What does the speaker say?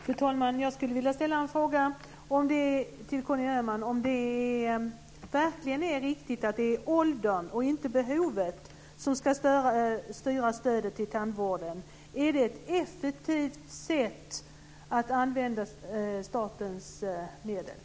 Fru talman! Jag tog inte upp tandvården alls i mitt anförande. Jag vet att Catherine Persson kommer att göra det senare. Jag tycker därför att det är lämpligt att Gunnel Wallin ställer den frågan lite senare till Catherine Persson som kommer att ta upp tandvården.